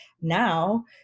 now